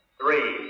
three